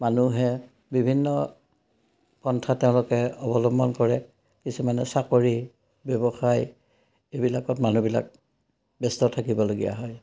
মানুহে বিভিন্ন পন্থা তেওঁলোকে অৱলম্বন কৰে কিছুমানে চাকৰি ব্যৱসায় এইবিলাকত মানুহবিলাক ব্যস্ত থাকিবলগীয়া হয়